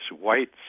white